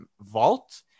vault